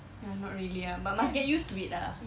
ya not really ah but must get used to it lah ya